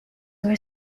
were